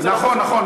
אם זה, נכון, נכון.